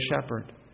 shepherd